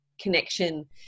connection